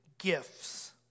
gifts